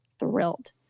thrilled